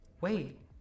Wait